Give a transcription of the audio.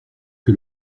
que